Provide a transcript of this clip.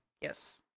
Yes